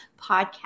podcast